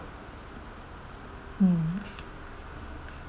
mm